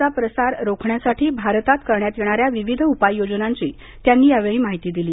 चा प्रसार रोखण्यासाठी भारतात करण्यात येणाऱ्या विविध उपाययोजनांची त्यांनी यावेळी माहिती दिली